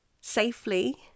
safely